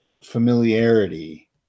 familiarity